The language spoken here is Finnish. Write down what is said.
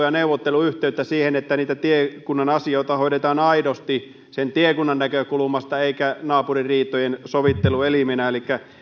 ja neuvotteluyhteyttä siihen että tiekunnan asioita hoidetaan aidosti sen tiekunnan näkökulmasta eikä naapurin riitojen sovitteluelimenä elikkä